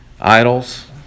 Idols